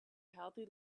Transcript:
healthy